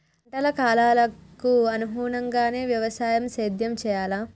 పంటల కాలాలకు అనుగుణంగానే వ్యవసాయ సేద్యం చెయ్యాలా?